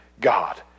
God